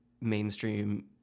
mainstream